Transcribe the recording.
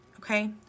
Okay